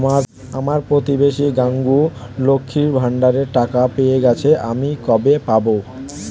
আমার প্রতিবেশী গাঙ্মু, লক্ষ্মীর ভান্ডারের টাকা পেয়ে গেছে, আমি কবে পাব?